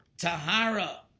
Tahara